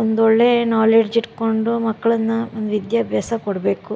ಒಂದೊಳ್ಳೆ ನಾಲೆಡ್ಜ್ ಇಟ್ಕೊಂಡು ಮಕ್ಕಳನ್ನ ಒಂದು ವಿದ್ಯಾಭ್ಯಾಸ ಕೊಡಬೇಕು